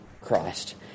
Christ